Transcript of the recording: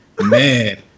Man